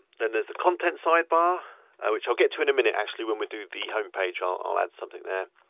then there's the content sidebar which i'll get to in a minute, actually, when we do the homepage, i'll add something there.